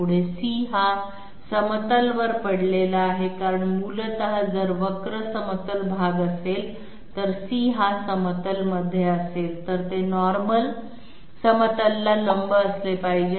पुढे c हा समतलवर पडलेला आहे कारण मूलत जर वक्र समतल भाग असेल तर c हा समतल मध्ये असेल तर ते नॉर्मल समतलला लंब असले पाहिजे